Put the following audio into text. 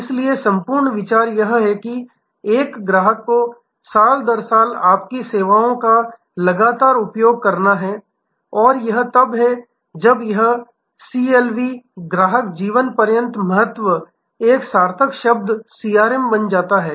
इसलिए संपूर्ण विचार यह है कि एक ग्राहक को साल दर साल आपकी सेवाओं का लगातार उपयोग करना है और यह तब है जब यह सीएलवी ग्राहक जीवनपर्यन्त महत्व Customer Life time ValueCLV एक सार्थक शब्द सीआरएम बन जाता है